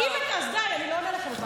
אז די, אני לא עונה לכם בכלל.